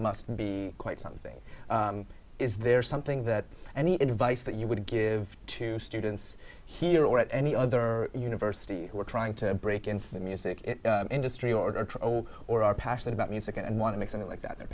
must be quite something is there something that any advice that you would give to students here or at any other university who are trying to break into the music industry order troll or are passionate about music and want to make something like that their